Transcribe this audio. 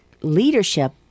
leadership